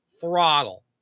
throttle